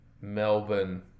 Melbourne